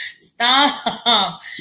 Stop